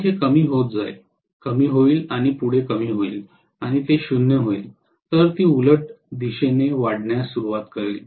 मग हे कमी होत जाईल कमी होईल आणि पुढे कमी होईल आणि ते 0 होईल तर ती उलट दिशेने वाढण्यास सुरवात करेल